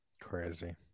Crazy